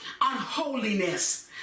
unholiness